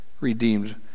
redeemed